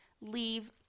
leave